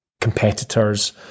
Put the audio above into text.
competitors